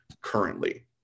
currently